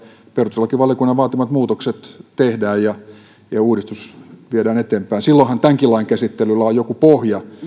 perustuslakivaliokunnan vaatimat muutokset tehdään ja uudistus viedään eteenpäin silloinhan tämänkin lain käsittelyllä on joku pohja